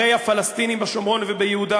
הרי הפלסטינים בשומרון וביהודה,